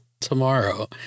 tomorrow